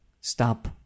stop